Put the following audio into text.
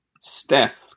Steph